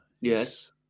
Yes